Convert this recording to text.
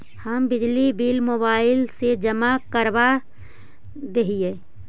हम बिजली bill mobile से जमा करवा देहियै?